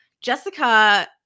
Jessica